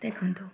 ଦେଖନ୍ତୁ